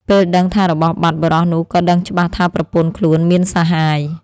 ពេលដឹងថារបស់បាត់ បុរសនោះក៏ដឹងច្បាស់ថាប្រពន្ធខ្លួនមានសហាយ។